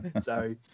Sorry